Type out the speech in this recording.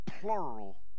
plural